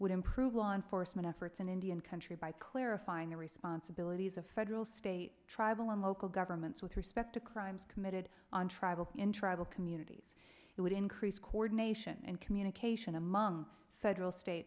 would improve on foresman efforts in indian country by clarifying the responsibilities of federal state tribal and local governments with respect to crimes committed on tribal in tribal communities it would increase coordination and communication among several state